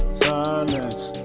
silence